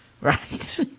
Right